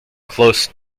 close